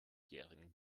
jährigen